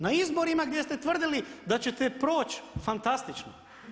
Na izborima, gdje ste tvrdili da ćete proći fantastično.